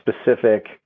specific